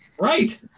Right